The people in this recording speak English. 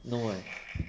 no eh